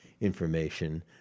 information